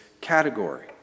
category